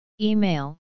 Email